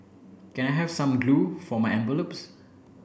can I have some glue for my envelopes